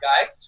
guys